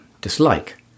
dislike